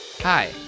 Hi